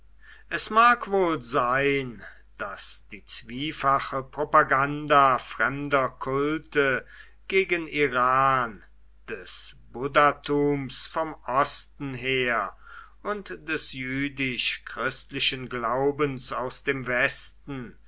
es mag wohl sein daß die zwiefache propaganda fremder kulte gegen iran des buddhatums vom osten her und des jüdisch christlichen glaubens aus dem westen